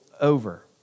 over